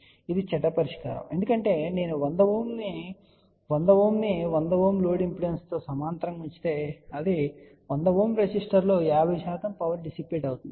ఇప్పుడు ఇది చెడ్డ పరిష్కారం ఎందుకంటే నేను 100 Ω రెసిస్టర్ను 100 Ω లోడ్ ఇంపిడెన్స్తో సమాంతరంగా ఉంచితే ఆ 100 Ω రెసిస్టర్లో 50 పవర్ డిస్సిపేట్ అవుతుంది